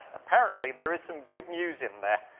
apparently, there is some good news in there.